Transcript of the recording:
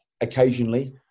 occasionally